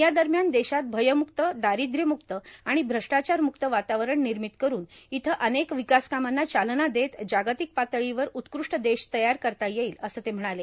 या दरम्यान देशात भयमुक्त दारिद्र्यमुक्त आणि श्रष्टाचारमुक्त वातावरण निर्मित करून इथं अनेक विकासकामांना चालना देत जागतिक पातळीवर उत्कृष्ट देश तयार करता येईल असं ते म्हणाले